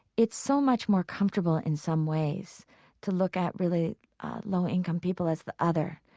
it's so much more comfortable in some ways to look at really low-income people as the other,